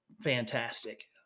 fantastic